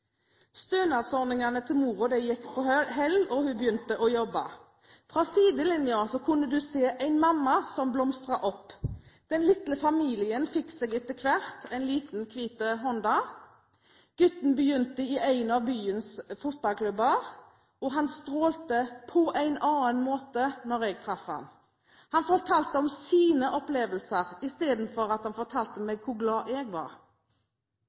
Stønadsordningene til moren gikk på hell, og hun begynte å jobbe. Fra sidelinjen kunne du se en mamma som blomstret opp. Den lille familien fikk seg etter hvert en liten hvit Honda, gutten begynte i en av byens fotballklubber, og han strålte på en annen måte når jeg traff ham. Han fortalte om sine opplevelser i stedet for at han fortalte meg hvor glad jeg var.